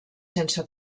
sense